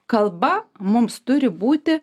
kalba mums turi būti